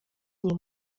nie